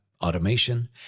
automation